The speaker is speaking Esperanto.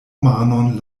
manon